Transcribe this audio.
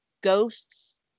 ghosts